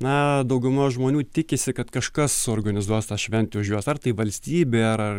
na dauguma žmonių tikisi kad kažkas suorganizuos tą šventę už juos ar tai valstybė ar ar